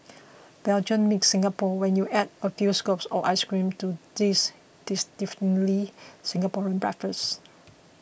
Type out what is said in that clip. belgium meets Singapore when you add a few scoops of ice cream to this distinctively Singaporean breakfast